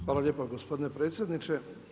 Hvala lijepa gospodine predsjedniče!